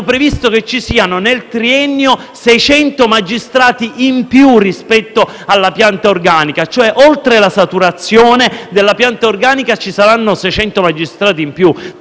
previsto che nel triennio ci siano 600 magistrati in più rispetto alla pianta organica (ossia, oltre alla saturazione della pianta organica, ci saranno 600 magistrati in più)